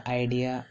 idea